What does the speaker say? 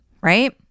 right